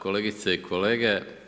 Kolegice i kolege.